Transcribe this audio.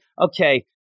okay